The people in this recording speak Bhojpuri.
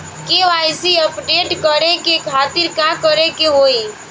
के.वाइ.सी अपडेट करे के खातिर का करे के होई?